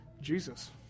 Jesus